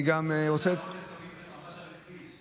אתה לא צריך לעמוד, לפעמים, ככה ממש על הכביש.